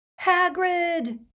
Hagrid